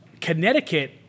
Connecticut